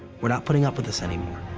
we're not putting up with this anymore.